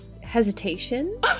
hesitation